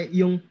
yung